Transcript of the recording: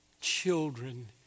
children